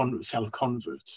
self-convert